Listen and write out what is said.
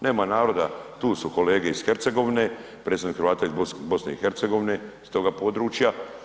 Nema naroda, tu su kolege iz Hercegovine, predsjednik Hrvata iz BiH, s toga područja.